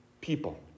people